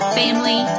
family